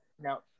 no